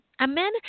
Amen